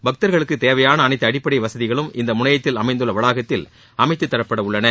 பக்தர்களுக்கு தேவையான அளைத்து அடிப்பளட வசதிகளும் இந்த முனையத்தில் அமைந்துள்ள வளாகத்தில் அமைத்துத் தரப்பட உள்ளன